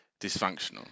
dysfunctional